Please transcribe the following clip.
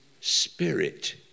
spirit